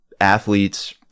athletes